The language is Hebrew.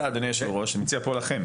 אחרי שנדע את המספר,